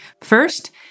First